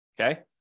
Okay